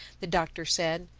the doctor said,